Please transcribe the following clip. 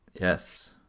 Yes